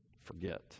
forget